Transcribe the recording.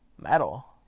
metal